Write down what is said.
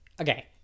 okay